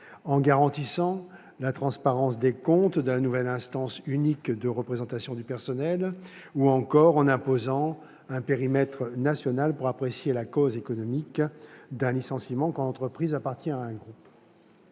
en garantissant la transparence des comptes de la nouvelle instance unique de représentation du personnel, ou encore en imposant un périmètre national pour apprécier la cause économique d'un licenciement quand l'entreprise appartient à un groupe.